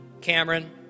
Cameron